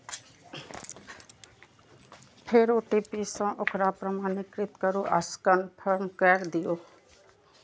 फेर ओ.टी.पी सं ओकरा प्रमाणीकृत करू आ कंफर्म कैर दियौ